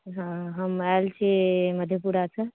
हम आयल छी मधेपुरासँ